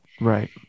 right